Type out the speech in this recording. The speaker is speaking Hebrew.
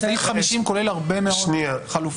סעיף 50 כולל הרבה מאוד חלופות,